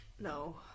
No